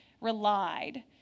relied